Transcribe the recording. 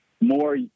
more